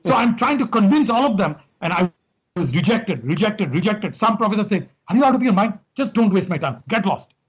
i'm trying to convince all of them, and i was rejected, rejected, rejected. some professors say, are you out of your mind? just don't waste my time. get lost.